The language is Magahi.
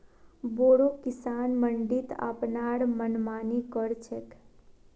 बोरो किसान मंडीत अपनार मनमानी कर छेक